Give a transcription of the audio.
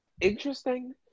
interesting